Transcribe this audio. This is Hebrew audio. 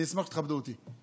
אני אשמח שתכבדו אותי.